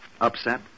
Upset